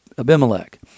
Abimelech